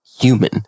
human